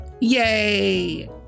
Yay